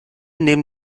nehmen